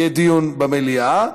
יהיה דיון במליאה.